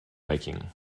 making